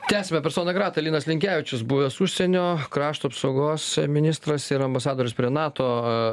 tęsiame persona grata linas linkevičius buvęs užsienio krašto apsaugos ministras ir ambasadorius prie nato